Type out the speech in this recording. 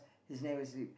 his name is r~